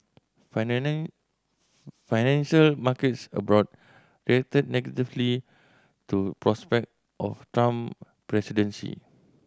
financial markets abroad reacted negatively to prospect of Trump presidency